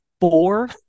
four